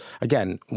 again